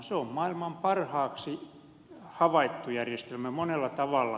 se on maailman parhaaksi havaittu järjestelmä monella tavalla